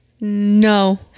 No